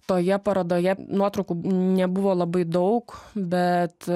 toje parodoje nuotraukų nebuvo labai daug bet